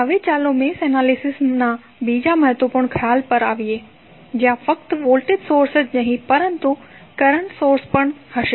હવે ચાલો મેશ એનાલિસિસના બીજા મહત્વપૂર્ણ ખ્યાલ પર આવીએ જ્યાં ફક્ત વોલ્ટેજ સોર્સ જ નહીં પરંતુ કરંટ સોર્સ પણ હશે